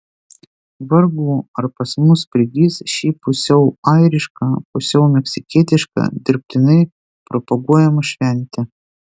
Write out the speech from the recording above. vargu ar pas mus prigis ši pusiau airiška pusiau meksikietiška dirbtinai propaguojama šventė